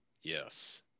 Yes